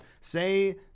Say